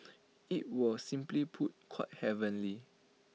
IT was simply put quite heavenly